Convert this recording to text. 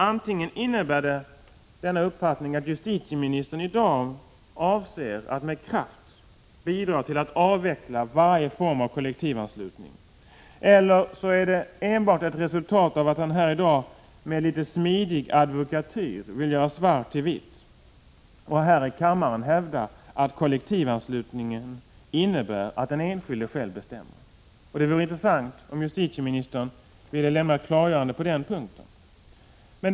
Antingen avser justitieministern att med kraft bidra till att avveckla varje form av kollektivanslutning eller också är hans svar enbart ett uttryck för att han här i dag med litet smidig advokatyr vill göra svart till vitt och här i kammaren hävda att kollektivanslutningen innebär att den enskilde själv bestämmer. Det vore intressant om justitieministern ville lämna ett klargörande på den punkten.